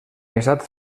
estat